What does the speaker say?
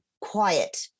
quiet